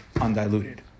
undiluted